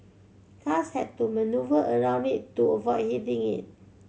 cars had to manoeuvre around it to avoid hitting it